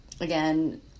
again